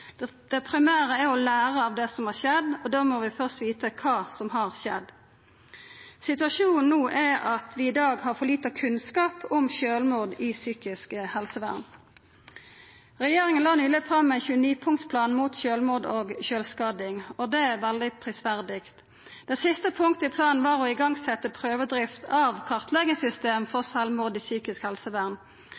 behandlinga. Det primære er å læra av det som har skjedd, og då må vi fyrst vita kva som har skjedd. Situasjonen no er at vi i dag har for lite kunnskap om sjølvmord i psykisk helsevern. Regjeringa la nyleg fram ein 29-punktsplan mot sjølvmord og sjølvskading, og det er veldig prisverdig. Det siste punktet i planen var å setja i gang prøvedrift av kartleggingssystem for sjølvmord i psykisk helsevern.